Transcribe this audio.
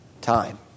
time